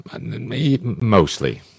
Mostly